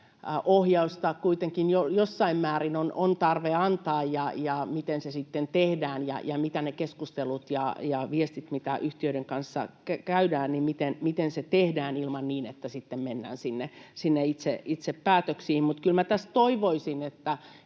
ohjausta kuitenkin jossain määrin on tarve antaa, ja miten se sitten tehdään ja miten ne keskustelut ja viestittelyt yhtiöiden kanssa käydään ilman, että sitten mennään sinne itse päätöksiin. Mutta kyllä minä tässä toivoisin, että